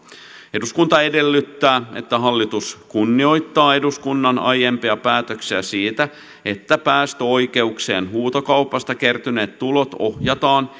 eduskunta edellyttää että hallitus kunnioittaa eduskunnan aiempia päätöksiä siitä että päästöoikeuksien huutokaupasta kertyneet tulot ohjataan